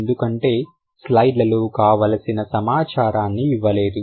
ఎందుకంటే స్లైడ్ లలో కావలసిన సమాచారాన్ని ఇవ్వలేదు